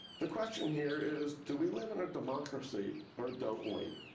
the question here is, do we live in a democracy or don't we?